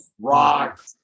Rock